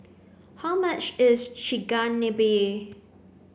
how much is Chigenabe